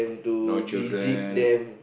no children